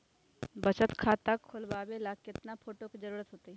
बचत खाता खोलबाबे ला केतना फोटो के जरूरत होतई?